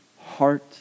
heart